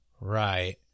right